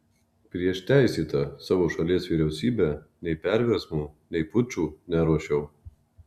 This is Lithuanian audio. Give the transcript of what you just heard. prieš teisėtą savo šalies vyriausybę nei perversmų nei pučų neruošiau